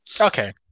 Okay